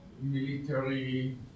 military